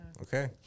Okay